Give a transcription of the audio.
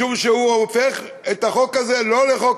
משום שהוא הופך את החוק הזה לא לחוק